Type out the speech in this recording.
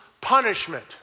punishment